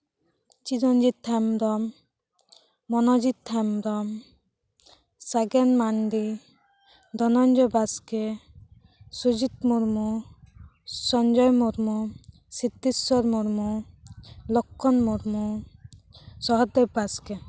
Chiranjit Hembram Monojit Hembram Sagen Mandi Dhananjay Baske Sujit Murmu Sanjay Murmu Siddheswar Murmu Lakkhan Murmu Sahadev Baske